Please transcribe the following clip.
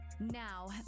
Now